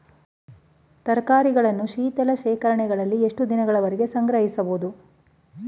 ತರಕಾರಿಗಳನ್ನು ಶೀತಲ ಶೇಖರಣೆಗಳಲ್ಲಿ ಎಷ್ಟು ದಿನಗಳವರೆಗೆ ಸಂಗ್ರಹಿಸಬಹುದು?